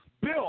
Bill